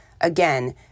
Again